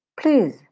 please